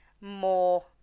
more